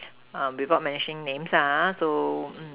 uh without mentioning names ah ha so mm